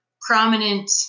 prominent